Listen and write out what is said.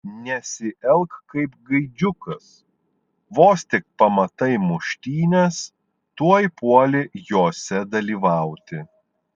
nesielk kaip gaidžiukas vos tik pamatai muštynes tuoj puoli jose dalyvauti